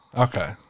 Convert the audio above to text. Okay